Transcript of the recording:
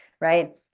right